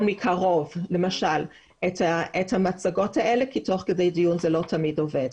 מקרוב את המצגות האלה כי תוך כדי דיון זה לא תמיד עובד.